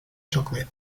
chocolate